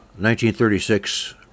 1936